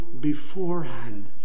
beforehand